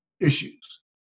issues